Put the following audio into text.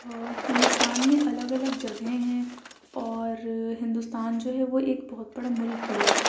اور ہندوستان میں الگ الگ جگہیں ہیں اور ہندوستان جو ہے وہ ایک بہت بڑا ملک بھی ہے